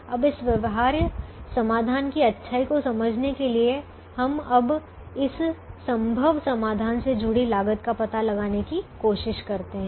अब इस व्यवहार्य समाधान की अच्छाई को समझने के लिए हम अब इस संभव समाधान से जुड़ी लागत का पता लगाने की कोशिश करते हैं